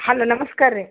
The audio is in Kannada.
ಹಲೋ ನಮಸ್ಕಾರ ರೀ